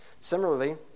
Similarly